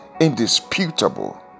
indisputable